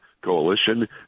coalition